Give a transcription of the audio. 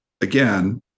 Again